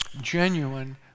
genuine